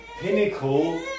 pinnacle